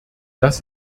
das